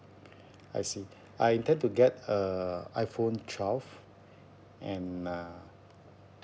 I see I intend to get a iphone twelve and uh